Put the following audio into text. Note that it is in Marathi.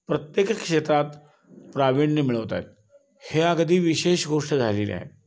प्रत्येक क्षेत्रात प्राविण्य मिळवत आहेत हे अगदी विशेष गोष्ट झालेली आहे